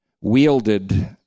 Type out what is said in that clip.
wielded